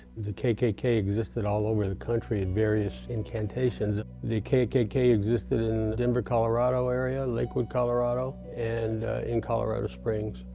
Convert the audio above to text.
the kkk existed all over the country at various incantations. the kkk existed in the denver, colorado area, lakewood, colorado, and in colorado springs.